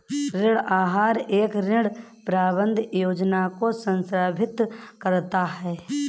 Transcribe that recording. ऋण आहार एक ऋण प्रबंधन योजना को संदर्भित करता है